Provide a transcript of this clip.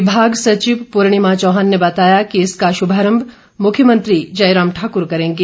विभाग सचिव पूर्णिमा चौहान ने बताया कि इसका शुभारम्म मुख्यमंत्री जयराम ठाकुर करेंगे